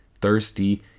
thirsty